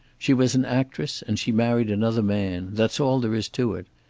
she was an actress, and she married another man. that's all there is to it.